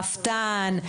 רפתן,